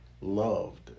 loved